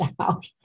out